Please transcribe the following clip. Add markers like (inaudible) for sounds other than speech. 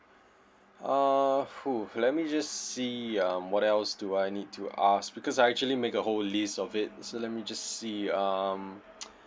uh !woo! let me just see um what else do I need to ask because I actually make a whole list of it so let me just see um (noise)